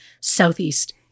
southeast